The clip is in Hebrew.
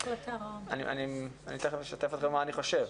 תכף אשתף אתכם במה שאני חושב.